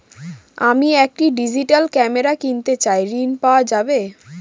আমি একটি digital camera কিনতে চাই ঝণ পাওয়া যাবে?